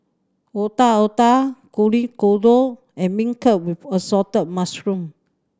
Otak Otak Kuih Kodok and beancurd with assorted mushroom